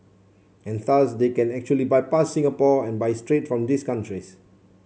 and thus they can actually bypass Singapore and buy straight from these countries